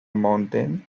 mountain